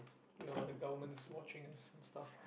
no the government's watching us and stuff